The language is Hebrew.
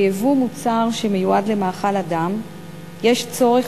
בייבוא מוצר שמיועד למאכל אדם יש צורך